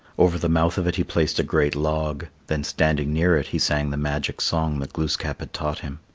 over the mouth of it he placed a great log then standing near it he sang the magic song that glooskap had taught him.